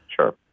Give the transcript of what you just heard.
Sure